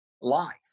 life